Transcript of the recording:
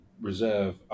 reserve